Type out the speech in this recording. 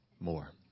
more